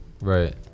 Right